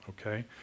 okay